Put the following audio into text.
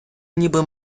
ніби